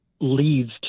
leads